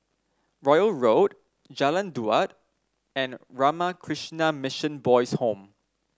Royal Road Jalan Daud and Ramakrishna Mission Boys' Home